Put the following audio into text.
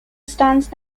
stands